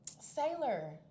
Sailor